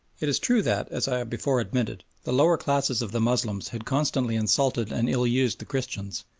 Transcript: it is true that, as i have before admitted, the lower classes of the moslems had constantly insulted and ill-used the christians,